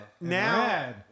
Now